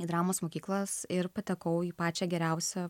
į dramos mokyklas ir patekau į pačią geriausią